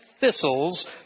thistles